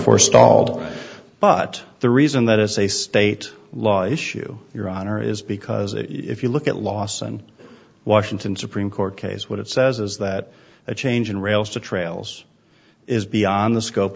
for stalled but the reason that it's a state law issue your honor is because if you look at lawson washington supreme court case what it says is that a change in rails to trails is beyond the scope